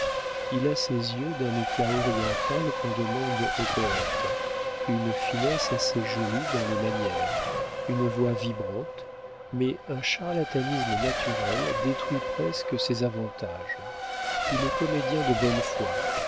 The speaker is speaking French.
il a ces yeux d'un éclat oriental qu'on demande aux poëtes une finesse assez jolie dans les manières une voix vibrante mais un charlatanisme naturel détruit presque ces avantages il est comédien de bonne foi